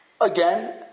Again